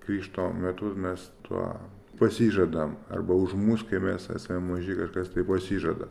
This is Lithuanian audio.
krikšto metu mes tuo pasižadam arba už mus kai mes esame maži kažkas tai pasižada